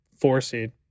four-seed